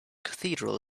cathedral